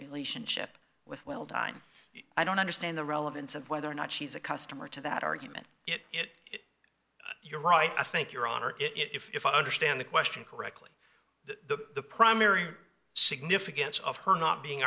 relationship with well done i don't understand the relevance and whether or not she's a customer to that argument it is your right i think your honor if i understand the question correctly the primary significance of her not being